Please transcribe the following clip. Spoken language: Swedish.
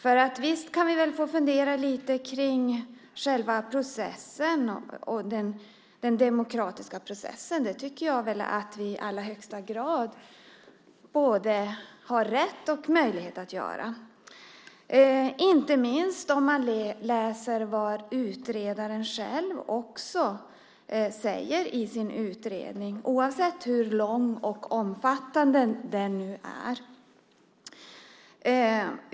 Visst kan vi väl få fundera lite grann på själva processen, på den demokratiska processen. Det tycker jag att vi i allra högsta grad har både rätt och möjlighet att göra - inte minst mot bakgrund av vad utredaren själv säger i sin utredning, bortsett från hur lång och omfattande denna är.